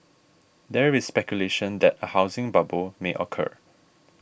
there is speculation that a housing bubble may occur